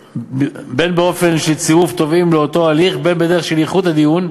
בין באופן של צירוף תובעים לאותו הליך ובין בדרך של איחוד הדיון.